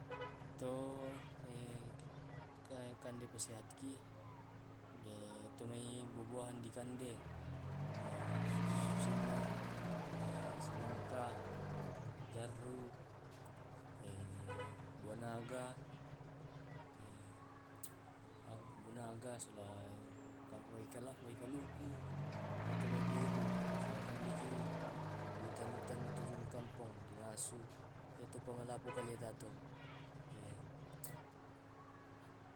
To kande pasehatiki tumai buah buahan dikande eh susinna semangka, jarru buah naga buah naga sola ehh ah wai wai kala wai kaluku itumai di iru. Sula kandeki utan utan di tujulu kampong dinasu ya pu malabbu kaleta tu.